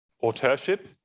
authorship